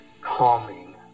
calming